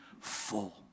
full